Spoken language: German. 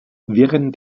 wirren